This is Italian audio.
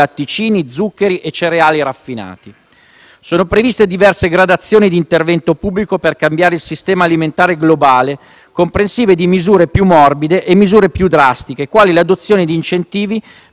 latticini, zuccheri e cereali raffinati). Sono previste diverse gradazioni di intervento pubblico per «cambiare il sistema alimentare globale», comprensive di misure più morbide e misure più drastiche, quali l'adozione di incentivi